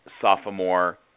sophomore